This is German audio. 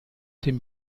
dem